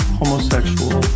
homosexual